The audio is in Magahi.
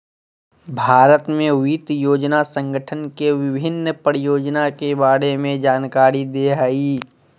भारत में वित्त योजना संगठन के विभिन्न परियोजना के बारे में जानकारी दे हइ